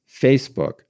Facebook